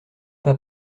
pas